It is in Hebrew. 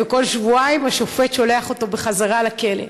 וכל שבועיים השופט שולח אותו בחזרה לכלא.